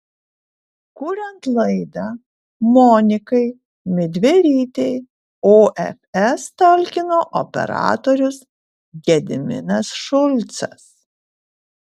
kuriant laidą monikai midverytei ofs talkino operatorius gediminas šulcas